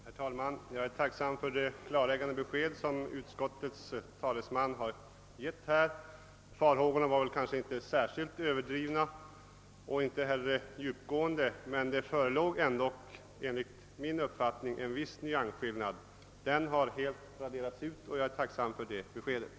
Herr talman! Jag är tacksam för det klarläggande besked som utskottets talesman har givit här. Farhågorna har väl inte varit överdrivna och inte heller djupgående, men det förelåg ändock enligt min mening en viss nyansskillnad. Den har helt raderats ut, och jag är, som sagt, tacksam för det beskedet.